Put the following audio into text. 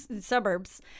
suburbs